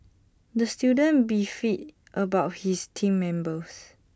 the student beefed about his Team Members